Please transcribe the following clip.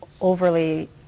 overly